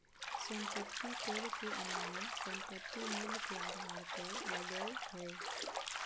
संपत्ति कर के अनुमान संपत्ति मूल्य के आधार पर लगय हइ